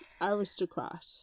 aristocrat